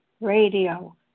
radio